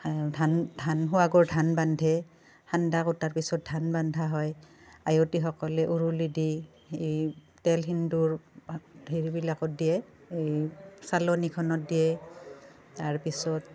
ধান ধান সোৱাগৰ ধান বান্ধে সান্দা কুটাৰ পিছত ধান বন্ধা হয় আয়তীসকলে উৰুলি দি এই তেল সেন্দুৰ হেৰিবিলাকত দিয়ে এই চালনিখনত দিয়ে তাৰপিছত